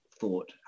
thought